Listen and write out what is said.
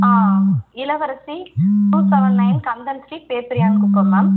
ah Ilavarasi two seven nine Kandhan street Perperiyankuppam ma'am